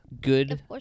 good